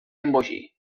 embogir